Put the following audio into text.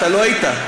אתה לא היית.